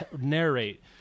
narrate